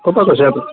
ক'ৰপৰা কৈছে আপুনি